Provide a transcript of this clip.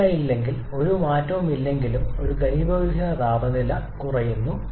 ശരാശരിയിൽ ഒരു മാറ്റവുമില്ലെങ്കിലും ഒരു ഘനീഭവിക്കുന്ന താപനില കുറയുന്നു